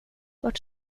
vart